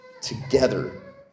together